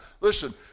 Listen